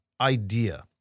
idea